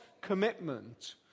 commitment